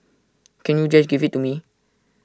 can't you just give IT to me